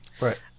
Right